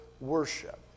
worship